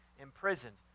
imprisoned